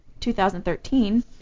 2013